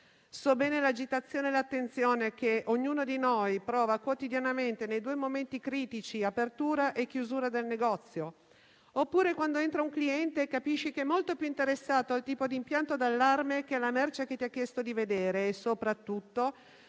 so bene l'agitazione e l'attenzione che ognuno di noi prova quotidianamente nei due momenti critici dell'apertura e della chiusura del negozio, oppure quando entra un cliente e capisci che è molto più interessato al tipo di impianto d'allarme che alla merce che ti ha chiesto di vedere. E soprattutto,